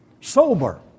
Sober